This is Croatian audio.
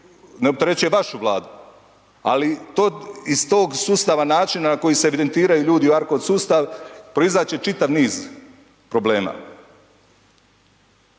ne opterećuje vašu vladu, ali to iz tog sustava načina na koji se evidentiraju ljudi u ARKOD sustav proizaći će čitav niz problema.